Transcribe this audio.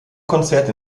konzerte